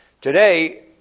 Today